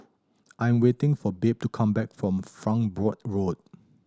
I am waiting for Babe to come back from Farnborough Road